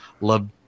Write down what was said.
love